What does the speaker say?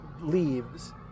leaves